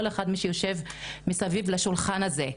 כל אחד מאלה שיושבים סביב השולחן הזה,